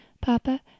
Papa